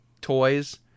toys